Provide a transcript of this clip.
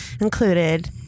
included